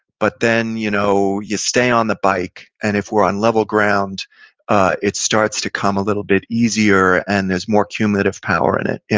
but then you know you stay on the bike and if we're on level ground ah it starts to become a little bit easier and there's more cumulative power in it. yeah